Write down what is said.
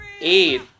Eight